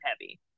heavy